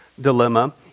dilemma